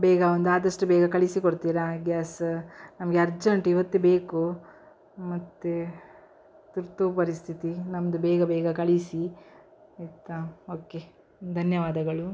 ಬೇಗ ಒಂದು ಆದಷ್ಟು ಬೇಗ ಕಳಿಸಿಕೊಡ್ತಿರಾ ಗ್ಯಾಸ್ ನಮಗೆ ಅರ್ಜೆಂಟ್ ಇವತ್ತೇ ಬೇಕು ಮತ್ತು ತುರ್ತು ಪರಿಸ್ಥಿತಿ ನಮ್ಮದು ಬೇಗ ಬೇಗ ಕಳಿಸಿ ಆಯ್ತಾ ಓಕೆ ಧನ್ಯವಾದಗಳು